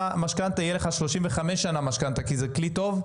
משכנתא יהיה לך 35 שנה משכנתא כי זה כלי טוב,